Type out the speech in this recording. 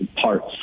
parts